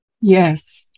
yes